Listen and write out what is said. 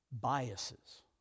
Biases